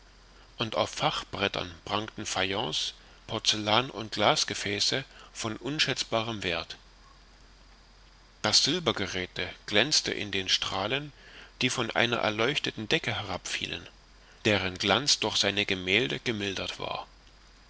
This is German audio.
und auf fachbrettern prangten fayence porzellan und glasgefäße von unschätzbarem werth das silbergeräthe glänzte in den strahlen die von einer erleuchteten decke herabfielen deren glanz durch seine gemälde gemildert war